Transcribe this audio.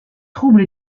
trouble